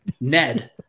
Ned